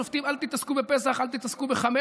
השופטים: אל תתעסקו בפסח,